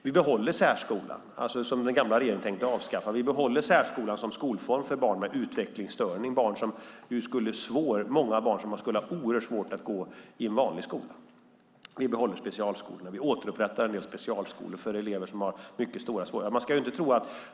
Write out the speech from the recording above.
Vi behåller särskolan, den som den gamla regeringen hade tänkt avskaffa, som skolform för barn med utvecklingsstörning, barn som i många fall skulle ha oerhört svårt att gå i en vanlig skola. Vi behåller specialskolorna. Vi återupprättar en del specialskolor för elever som har mycket stora svårigheter.